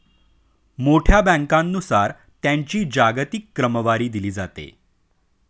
मोठ्या बँकांनुसार त्यांची जागतिक क्रमवारी दिली जाते